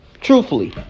Truthfully